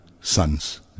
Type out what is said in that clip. sons